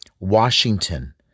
Washington